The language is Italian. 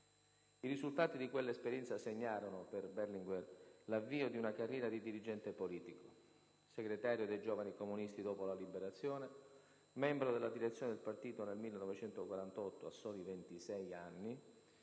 I risultati di quella esperienza segnarono, per Berlinguer, l'avvio di una carriera di dirigente politico: segretario dei Giovani comunisti dopo la Liberazione, membro della direzione del partito nel 1948 (a soli ventisei